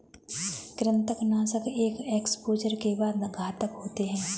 कृंतकनाशक एक एक्सपोजर के बाद घातक होते हैं